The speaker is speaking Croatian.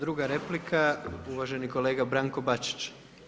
Druga replika uvaženi kolega Branko Bačić.